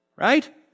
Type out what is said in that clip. Right